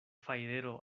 fajrero